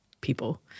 people